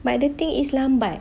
but the thing is lambat